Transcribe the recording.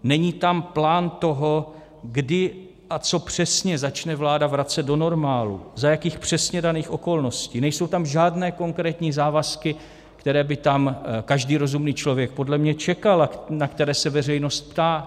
Není tam plán toho, kdy a co přesně začne vláda vracet do normálu, za jakých přesně daných okolností, nejsou tam žádné konkrétní závazky, které by tam každý rozumný člověk podle mě čekal a na které se veřejnost ptá.